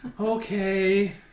okay